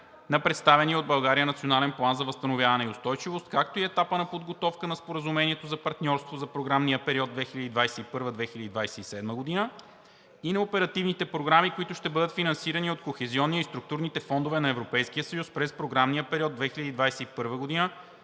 на представения от България Национален план за възстановяване и устойчивост, както и етапа на подготовка на Споразумението за партньорство за програмния период 2021 – 2027 г. и на оперативните програми, които ще бъдат финансирани от Кохезионния и Структурните фондове на Европейския съюз през програмния период 2021 –